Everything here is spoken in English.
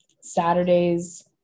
Saturdays